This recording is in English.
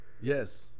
Yes